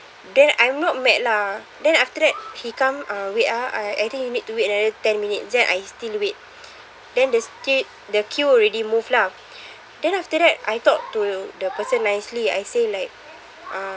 then I'm not mad lah then after that he come uh wait ah I I think you need to wait another ten minutes then I still wait then the st~ the queue already move lah then after that I talk to the person nicely I say like uh